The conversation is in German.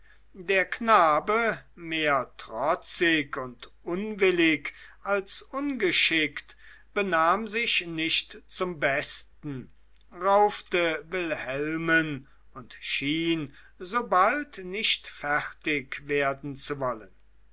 der knabe mehr trotzig und unwillig als ungeschickt benahm sich nicht zum besten raufte wilhelmen und schien so bald nicht fertig werden zu wollen